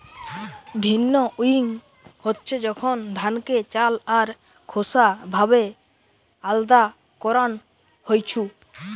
ভিন্নউইং হচ্ছে যখন ধানকে চাল আর খোসা ভাবে আলদা করান হইছু